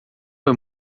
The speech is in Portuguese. foi